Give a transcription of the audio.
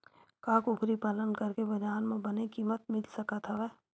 का कुकरी पालन करके बजार म बने किमत मिल सकत हवय?